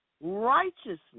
righteousness